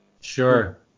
Sure